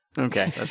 Okay